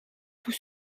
tout